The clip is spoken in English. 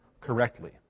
correctly